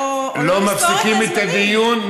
לא מפסיקים את הדיון.